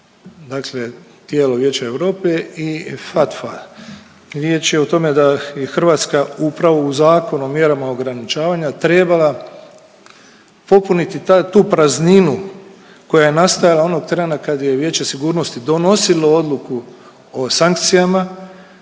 dakle tijelo Vijeća Europe i FATFA. Riječ je o tome da je i Hrvatska upravo u Zakonu o mjerama ograničavanja trebala popuniti tu prazninu koja je nastajala onog trena kada je Vijeće sigurnosti donosilo Odluku o sankcijama